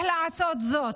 לא תצליח לעשות זאת.